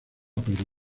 perú